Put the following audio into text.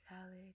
Salad